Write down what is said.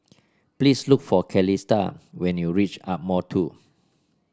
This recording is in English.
please look for Calista when you reach Ardmore Two